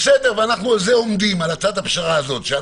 ואנחנו על הצעת הפשרה הזאת עומדים,